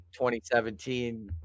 2017